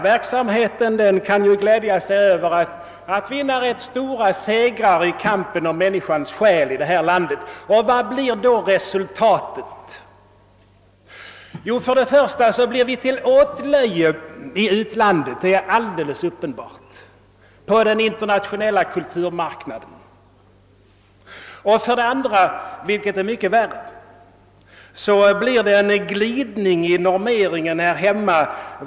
Verksamheten kan även glädja sig över ganska stora segrar i kampen om människans själ i det här landet. Och vad blir då resultatet härav? Ja, för det första blir vi till åtlöje i utlandet och på den internationella kulturmarknaden. Det är alldeles uppenbart. För det andra — och det är mycket värre — blir det en glidning i normeringen här hemma.